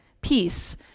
peace